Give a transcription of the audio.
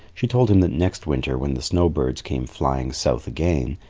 she told him that next winter when the snow birds came flying south again,